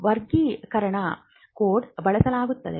ವರ್ಗೀಕರಣ ಕೋಡ್ ಬಳಸಲಾಗುತ್ತದೆ